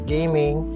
Gaming